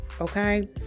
okay